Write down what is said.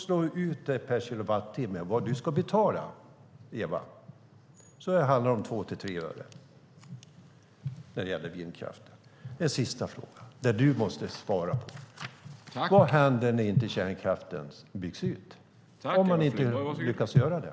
Slå ut det per kilowattimme och se vad du ska betala, Eva! Det handlar om 2-3 öre när det gäller vindkraften. Jag har en sista fråga som du måste svara på: Vad händer när inte kärnkraften byggs ut, om man inte lyckas göra det?